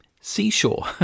seashore